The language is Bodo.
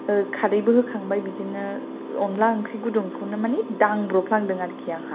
खारैबो होखांबाय बिदिनो अनला ओंख्रि गुदुंखौनो मानि दांब्रफ्लांदो आरोखि आंहा बेनोसै